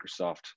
Microsoft